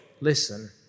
listen